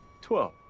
Twelve